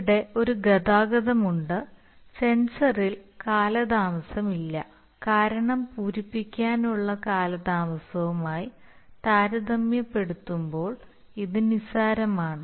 ഇവിടെ ഒരു ഗതാഗതമുണ്ട് സെൻസറിൽ കാലതാമസമില്ല കാരണം പൂരിപ്പിക്കാനുള്ള കാലതാമസവുമായി താരതമ്യപ്പെടുത്തുമ്പോൾ ഇത് നിസാരമാണ്